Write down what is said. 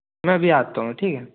मैं अभी आता हूँ ठीक है